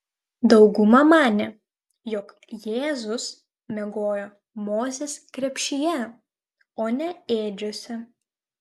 dauguma manė jog jėzus miegojo mozės krepšyje o ne ėdžiose